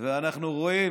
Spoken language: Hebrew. ואנחנו רואים